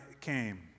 came